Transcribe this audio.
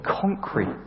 concrete